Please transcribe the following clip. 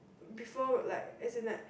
before like as in like